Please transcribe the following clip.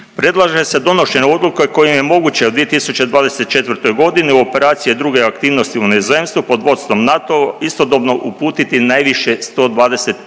Predlaže se donošenje odluke kojom je moguće u 2024.g. u operacije i druge aktivnosti u inozemstvu pod vodstvom NATO-a istodobno uputiti najviše 120